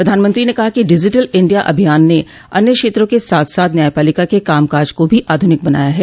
प्रधानमंत्री ने कहा कि डिजिटल इंडिया अभियान ने अन्य क्षेत्रों के साथ साथ न्यायपालिका के कामकाज को भी आधुनिक बनाया है